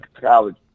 College